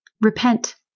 Repent